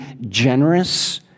generous